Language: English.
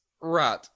Right